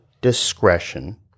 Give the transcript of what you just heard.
discretion